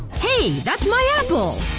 hey! that's my apple!